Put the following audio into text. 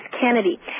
Kennedy